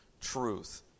truth